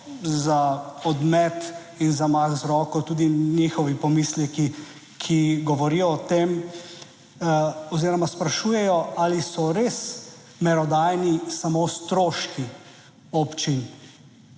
za odmet in zamah z roko, tudi njihovi pomisleki, ki govorijo o tem oziroma sprašujejo, ali so res merodajni samo stroški občin